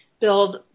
build